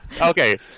Okay